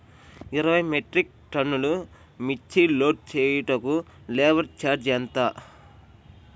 ఇరవై మెట్రిక్ టన్నులు మిర్చి లోడ్ చేయుటకు లేబర్ ఛార్జ్ ఎంత?